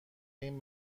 این